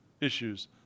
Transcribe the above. issues